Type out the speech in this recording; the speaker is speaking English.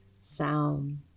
sound